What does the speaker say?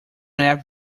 app